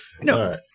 No